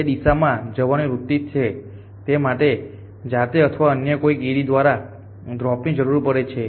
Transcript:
જે દિશામાં જવાની વૃત્તિ છે તે માટે જાતે અથવા અન્ય કોઈ કીડી દ્વારા ડ્રોપ ની જરૂર પડે છે